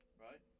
right